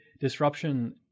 disruption